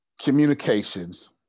communications